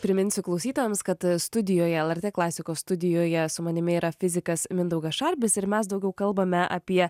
priminsiu klausytojams kad studijoje lrt klasikos studijoje su manimi yra fizikas mindaugas šarbis ir mes daugiau kalbame apie